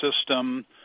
system